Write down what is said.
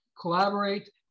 collaborate